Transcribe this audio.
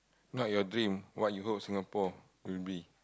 not your dream what you hope Singapore will be